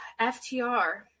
FTR